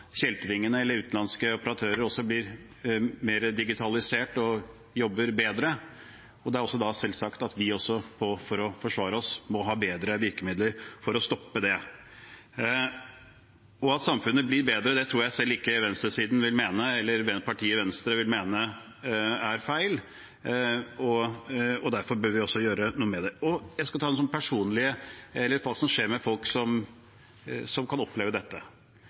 kjeltringene eller utenlandske operatører blir mer digitalisert og jobber bedre. Det er da også selvsagt at vi må ha bedre virkemidler for å forsvare oss og stoppe det. At samfunnet blir bedre, tror jeg selv ikke venstresiden eller partiet Venstre vil mene er feil, og derfor bør vi gjøre noe med dette. Jeg skal ta opp hva som skjer med folk som opplever dette. Kontoer blir hacket. Jeg kjenner flere som har fått hacket sin konto fra utlandet og mistet penger. Det kan